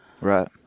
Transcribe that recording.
Right